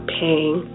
paying